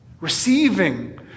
receiving